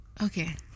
Okay